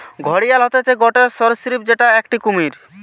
ঘড়িয়াল হতিছে গটে সরীসৃপ যেটো একটি কুমির